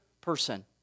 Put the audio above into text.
person